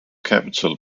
capital